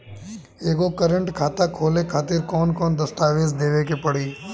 एगो करेंट खाता खोले खातिर कौन कौन दस्तावेज़ देवे के पड़ी?